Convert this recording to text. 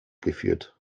geführt